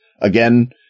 again